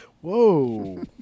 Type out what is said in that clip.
Whoa